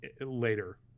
later